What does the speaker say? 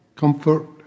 Comfort